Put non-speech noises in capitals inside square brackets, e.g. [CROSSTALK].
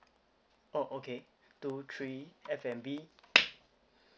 oh okay two three F&B [NOISE]